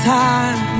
time